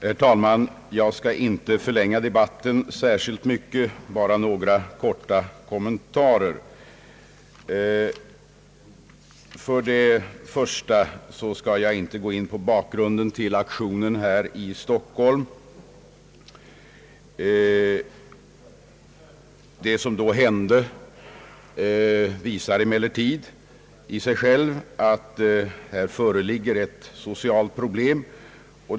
Herr talman! Jag skall inte förlänga debatten särskilt mycket utan bara göra några korta kommentarer. Jag skall inte gå in på bakgrunden till aktionen här i Stockholm. Det som då hände visar emellertid i sig självt att här föreligger ett socialt problem.